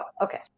okay